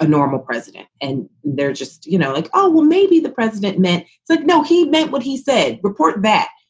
a normal president and they're just you know like, oh, well, maybe the president meant so. no, he meant what he said. report back.